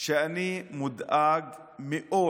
שאני מודאג מאוד